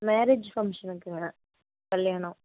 marriage ஃபங்க்ஷனுக்குங்க கல்யாணம்